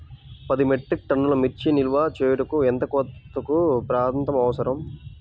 పది మెట్రిక్ టన్నుల మిర్చి నిల్వ చేయుటకు ఎంత కోలతగల ప్రాంతం అవసరం?